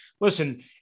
listen